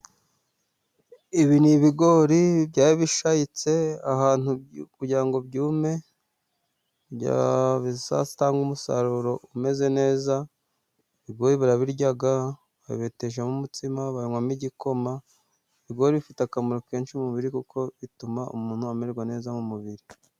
Ibi ni ibigori byaba bishayitse ahantu kugira ngo byume, kugira bizatange umusaruro umeze neza. Ibigoro barabirya, babibeteshamo umutsima, banywamo igikoma. Ibigori bifite akamaro kenshi mu mubiri kuko bituma umuntu amererwa neza mu mubiri.